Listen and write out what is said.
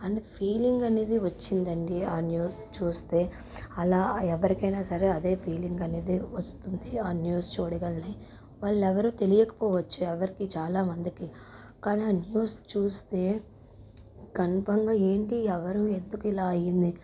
and feeling అనేది వచ్చిందంటే ఆ న్యూస్ చూస్తే అలా ఎవరికైనా సరే అదే ఫీలింగ్ అనేది వస్తుంది ఆ న్యూస్ చూడగానే వాళ్ళెవరో తెలియకపోవచ్చు ఎవరికి చాలామందికి కానీ అ న్యూస్ చూస్తే కన్ఫామ్గా ఏంటి ఎవరు ఎందుకిలా అయ్యింది